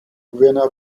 gouverneur